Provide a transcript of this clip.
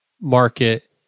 market